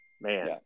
Man